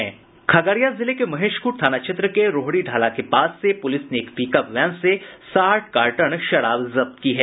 खगड़िया जिले के महेशखूंट थाना क्षेत्र के रोहड़ी ढ़ाला के पास से पुलिस ने एक पिकअप वैन से साठ कार्टन विदेशी शराब जब्त की है